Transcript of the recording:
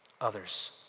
others